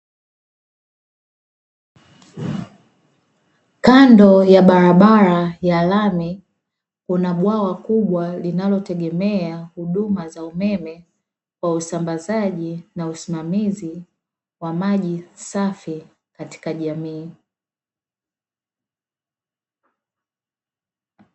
Kando ya barabara ya lami, kuna bwawa kubwa linalotegemea huduma za umeme kwa usambazaji na usimamizi wa maji safi katika jamii.